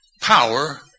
power